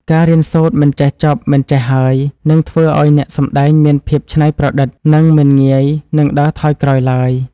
ការរៀនសូត្រមិនចេះចប់មិនចេះហើយនឹងធ្វើឱ្យអ្នកសម្តែងមានភាពច្នៃប្រឌិត និង មិនងាយនឹងដើរថយក្រោយឡើយ។